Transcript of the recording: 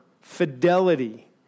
fidelity